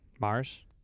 Mars